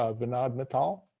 ah vinod mittal.